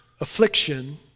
Affliction